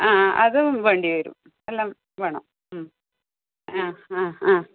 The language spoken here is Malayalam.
ആ അതും വേണ്ടി വരും എല്ലാം വേണം ഉം ആ ആ ആ